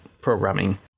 programming